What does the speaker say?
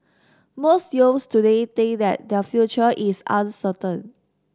most youths today think that their future is uncertain